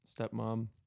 stepmom